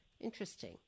Interesting